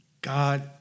God